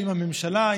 האם הממשלה,